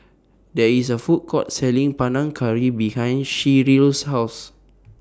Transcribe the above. There IS A Food Court Selling Panang Curry behind Sheryl's House